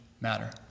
matter